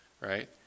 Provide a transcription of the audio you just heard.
right